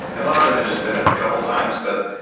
a lot of them had just been a couple times, but,